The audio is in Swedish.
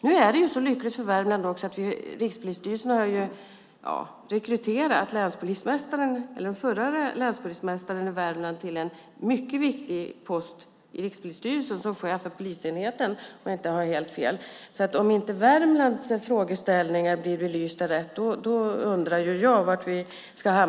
Nu är det så lyckligt för Värmland att Rikspolisstyrelsen har rekryterat förre länspolismästaren i Värmland till den viktiga posten som chef för polisenheten - om jag inte har helt fel. Blir inte Värmlands frågeställningar rätt belysta då kan man undra vart vi är på väg.